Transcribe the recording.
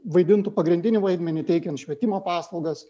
vaidintų pagrindinį vaidmenį teikiant švietimo paslaugas